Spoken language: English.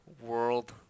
world